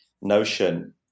notion